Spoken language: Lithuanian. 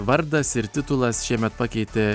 vardas ir titulas šiemet pakeitė